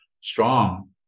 strong